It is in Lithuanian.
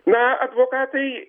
na advokatai